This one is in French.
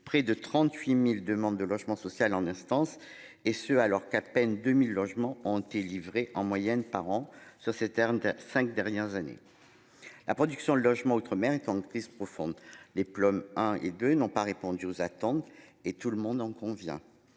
près de 38.000 demandes de logement social en instance et ce alors qu'à peine 2000 logements ont été livrés en moyenne par an sur ce terrain 5 dernières années. La production logement outre-mer est en crise profonde les plombs hein et de n'ont pas répondu aux attentes et tout le monde en convient.